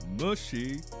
Mushy